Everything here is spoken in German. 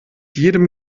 jedem